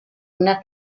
una